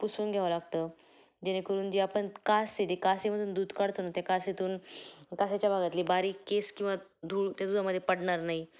पुसून घ्यावं लागतं जेणेकरून जे आपण कास आहे जे कासेमधून दूध काढतो न ते कासेतून कासाच्या भागातली बारीक केस किंवा धूळ त्या दूधामध्ये पडणार नाही